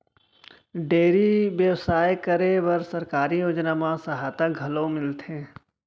dairy बेवसाय करे बर सरकारी योजना म सहायता घलौ मिलथे